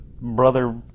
brother